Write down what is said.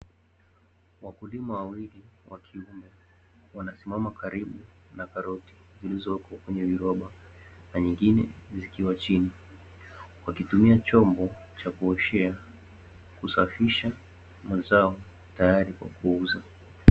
Wakulima wawili wa kiume wanasimama karibu na karoti zilizoko kwenye viroba na nyingine zikiwa chini, wakitumia chombo cha kuoshea, kusafisha mazao tayarii kwa kuuza.